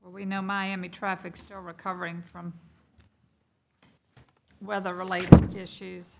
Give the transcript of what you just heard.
now we know miami traffic still recovering from weather related issues